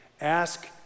ask